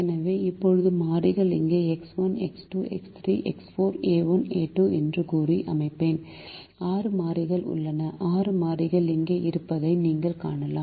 எனவே இப்போது மாறிகள் இங்கே X1 X2 X3 X4 a1 a2 என்று கூறி அமைப்பேன் ஆறு மாறிகள் உள்ளன ஆறு மாறிகள் இங்கே இருப்பதை நீங்கள் காணலாம்